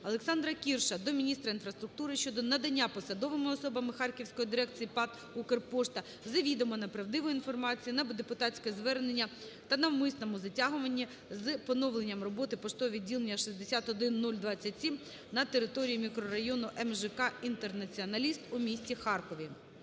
Олександра Кірша до міністра інфраструктури щодо надання посадовими особами Харківської дирекції ПАТ "Укрпошта" завідомо неправдивої інформації на депутатське звернення та навмисному затягуванні з поновленням роботи поштового відділення 61027 на території мікрорайону МЖК "Інтернаціоналіст" у місті Харкові.